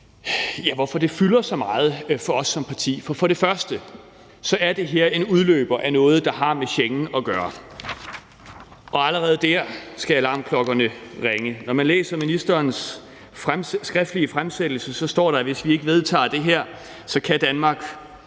og hvorfor det fylder så meget for os som parti. Det er først det, at det her er en udløber af noget, der har med Schengen at gøre, og allerede der skal alarmklokkerne ringe. Når man læser ministerens skriftlige fremsættelse, står der, at hvis vi ikke vedtager det her, kan det